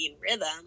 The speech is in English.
rhythm